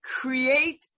create